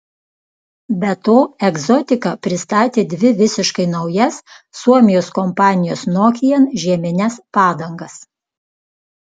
be to egzotika pristatė dvi visiškai naujas suomijos kompanijos nokian žiemines padangas